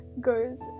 goes